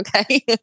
okay